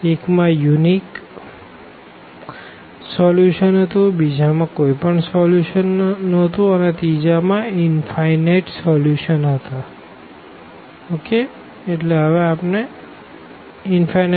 એક માં અનન્ય સોલ્યુશનહતું બીજા માં કોઈ પણ સોલ્યુશન ન હતું અને ત્રીજા માં અનંત સોલ્યુશનહતા